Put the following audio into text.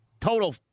Total